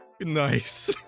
Nice